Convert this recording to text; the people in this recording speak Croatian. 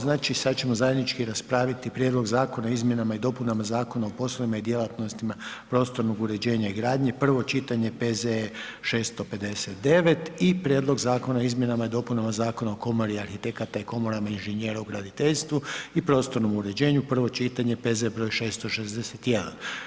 Znači sad ćemo zajednički raspraviti: - Prijedlog Zakona o izmjenama i dopunama Zakona o poslovima i djelatnostima prostornog uređenja i gradnje, prvo čitanje, P.Z.E. 659 i - Prijedlog Zakona o izmjenama i dopunama Zakona o komori arhitekata i komorama inženjera u graditeljstvu i prostornom uređenju, prvo čitanje, P.Z. broj 661.